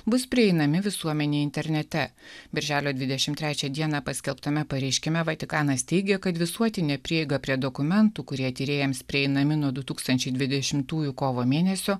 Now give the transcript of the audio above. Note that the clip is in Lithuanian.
bus prieinami visuomenei internete birželio dvidešimt trečią dieną paskelbtame pareiškime vatikanas teigė kad visuotinė prieiga prie dokumentų kurie tyrėjams prieinami nuo du tūkstančiai dvidešimtųjų kovo mėnesio